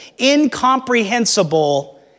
incomprehensible